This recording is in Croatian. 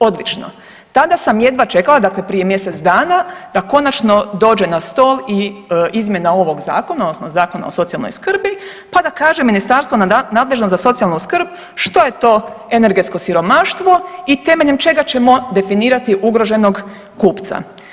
Odlično, tada sam jedva čekala dakle prije mjesec dana da konačno dođe na stol i izmjena ovog zakona odnosno Zakona o socijalnoj skrbi, pa da kaže ministarstvo nadležno za socijalnu skrb što je to energetsko siromaštvo i temeljem čega ćemo definirati ugroženog kupca.